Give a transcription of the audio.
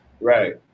right